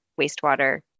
wastewater